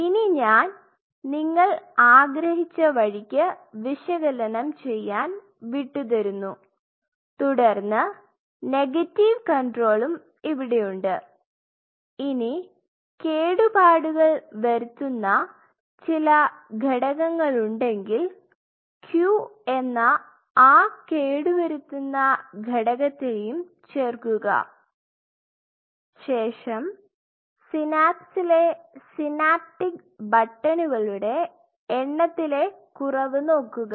ഇനി ഞാൻ നിങ്ങൾ ആഗ്രഹിച്ച വഴിക്ക് വിശകലനം ചെയ്യാൻ വിട്ടു തരുന്നു തുടർന്ന് നെഗറ്റീവ് കണ്ട്രോളും ഇവിടെയുണ്ട് ഇനി കേടുപാടുകൾ വരുത്തുന്ന ചില ഘടകങ്ങളുണ്ടെങ്കിൽ Q എന്ന ആ കേടുവരുത്തുന്ന ഘടകത്തെയും ചേർക്കുക ശേഷം സിനാപ്സിലെ സിനാപ്റ്റിക് ബട്ടണുകളുടെ എണ്ണത്തിലെ കുറവ് നോക്കുക